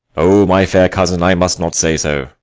o, my fair cousin, i must not say so.